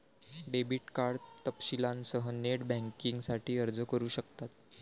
debit card तपशीलांसह net बँकिंगसाठी अर्ज करू शकतात